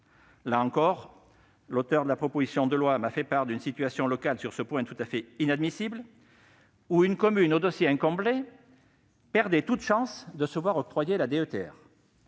Là encore, l'auteur de la proposition m'a fait part d'une situation locale tout à fait inadmissible, où une commune au dossier incomplet perdait toute chance de se voir octroyer la DETR.